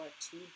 two